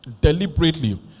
Deliberately